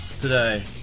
today